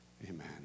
Amen